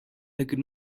could